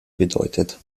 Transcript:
bedeutet